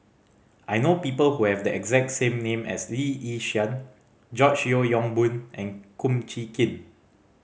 I know people who have the exact name as Lee Yi Shyan George Yeo Yong Boon and Kum Chee Kin